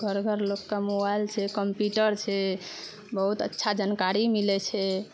घर घर लोकके मोबाइल छै कम्प्यूटर छै बहुत अच्छा जानकारी मिलै छै